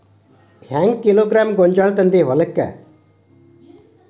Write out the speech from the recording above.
ಹೆಂಗ್ ಕಿಲೋಗ್ರಾಂ ಗೋಂಜಾಳ ತಂದಿ ಹೊಲಕ್ಕ?